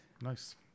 Nice